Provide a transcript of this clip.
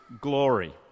glory